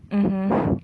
mmhmm